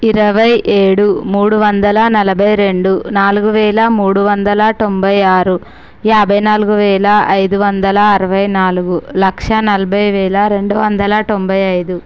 ఇరవై ఏడు మూడువందల నలభై రెండు నాలుగు వేల మూడువందల తొంభై ఆరు యాభై నాలుగువేల ఐదు వందల అరవై నాలుగు లక్షా నలభైవేల రెండువందల తొంభై ఐదు